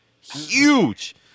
huge